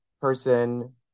person